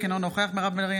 אינו נוכח קארין אלהרר,